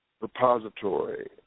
repository